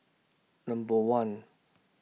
Number one